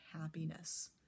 happiness